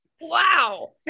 wow